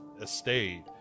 estate